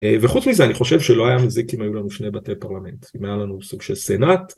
וחוץ מזה אני חושב שלא היה מזה כי היו לנו שני בתי פרלמנט, אם היה לנו סוג של סנאט.